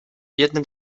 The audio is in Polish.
jednym